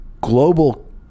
global